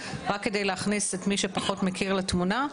רק כדי להכניס את מי שפחות מכיר לתמונה,